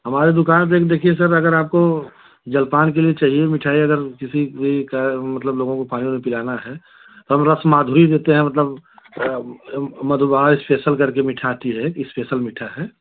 हमारे दुकान पर एक देखिए सर दुकान पेे एक अगर आपको जलपान के लिए चाहिए मिठाई अगर किसी भी का मतलब लोगों को पानी वानी पिलाना है हम रस माधुरी देते हैं मतलब मतलब स्पेशल करके मीठा आता है स्पेसल मीठा है